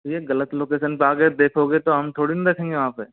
भैया गलत लोकेशन पे आके देखोगे तो हम थोड़ी ना दिखेंगे वहाँ पे